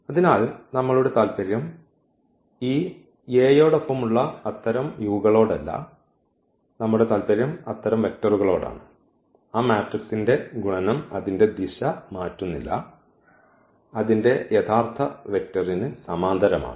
അതിനാൽ നമ്മളുടെ താൽപ്പര്യം ഈ A യോടൊപ്പമുള്ള അത്തരം u കളോടല്ല നമ്മളുടെ താൽപ്പര്യം അത്തരം വെക്റ്ററുകളോടാണ് ആ മാട്രിക്സിന്റെ ഗുണനം അതിന്റെ ദിശ മാറ്റുന്നില്ല അതിന്റെ യഥാർത്ഥ വെക്റ്ററിന് സമാന്തരമാണ്